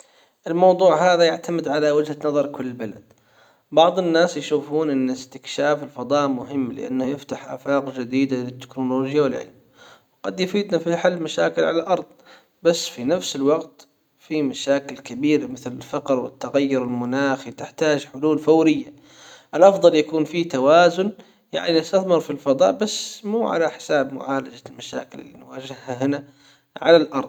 الموضوع هذا يعتمد على وجهة نظر كل بلد بعض الناس يشوفون إن استكشاف الفضاء مهم لأنه يفتح آفاق جديدة للتكنولوجيا والعلم قد يفيدنا في حل مشاكل على الأرض بس في نفس الوقت في مشاكل كبيرة مثل الفقر والتغير المناخي تحتاج حلول فورية الافضل يكون فيه توازن يعني نستثمر في الفضاء بس مو على حساب معالجة المشاكل اللي نواجهها هنا على الأرض.